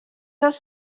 els